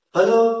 Hello